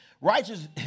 Righteous